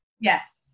Yes